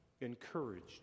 encouraged